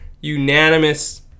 unanimous